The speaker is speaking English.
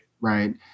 Right